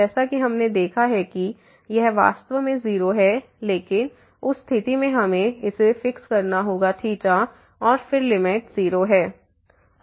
जैसा कि हमने देखा है कि यह वास्तव में 0 है लेकिन उस स्थिति में हमें इसे फिक्स करना होगा और फिर लिमिट 0 है